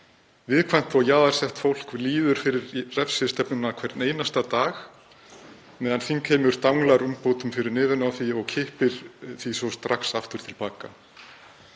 Viðkvæmt og jaðarsett fólk líður fyrir refsistefnu hvern einasta dag meðan þingheimur dinglar umbótum frammi fyrir nefinu á því og kippir þeim svo strax aftur til baka.